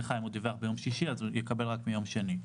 אם הוא דיווח ביום שישי אז הוא יקבל מיום שני.